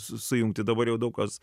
sujungti dabar jau daug kas